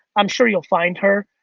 i'm sure you'll find her,